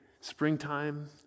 springtime